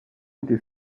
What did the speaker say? été